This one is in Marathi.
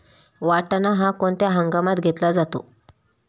वाटाणा हा कोणत्या हंगामात घेतला जातो?